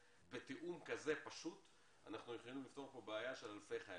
שבתיאום כזה פשוט אנחנו יכולים לפתור כאן בעיה של אלפי חיילים.